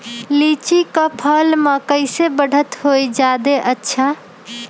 लिचि क फल म कईसे बढ़त होई जादे अच्छा?